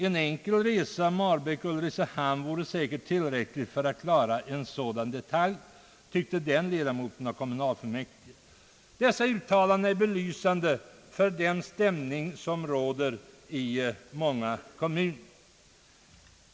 En enkel resa Marbäck— Ulricehamn vore säkert tillräckligt för att klara en sådan detalj, tyckte han.» Dessa uttalanden är belysande för den stämning som råder i många kommuner.